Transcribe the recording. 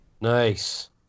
Nice